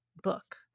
book